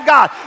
God